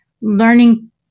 learning